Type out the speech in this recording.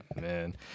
Man